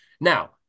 Now